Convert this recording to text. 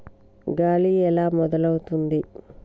గాలి ఎలా మొదలవుతుంది?